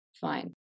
fine